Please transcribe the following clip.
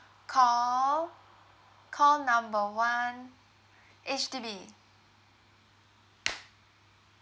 call call number one H_D_B